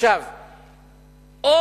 או